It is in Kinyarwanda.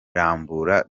rambura